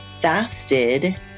fasted